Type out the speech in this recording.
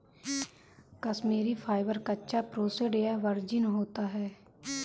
Kashmiri fibre, कच्चा, processed या virgin होता है